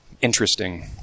Interesting